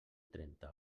trenta